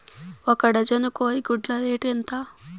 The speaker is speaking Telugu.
ఒక డజను కోడి గుడ్ల రేటు ఎంత?